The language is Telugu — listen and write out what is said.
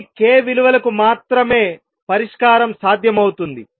కొన్ని k విలువలకు మాత్రమే పరిష్కారం సాధ్యమవుతుంది